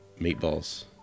meatballs